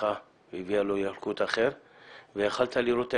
לקחה והביאה לו ילקוט אחר ויכולת לראות את